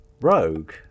Rogue